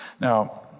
Now